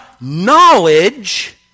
knowledge